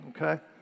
Okay